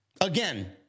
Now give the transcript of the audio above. Again